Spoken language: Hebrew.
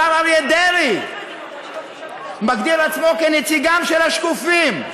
השר אריה דרעי מגדיר עצמו כנציגם של השקופים.